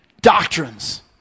doctrines